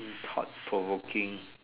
thought provoking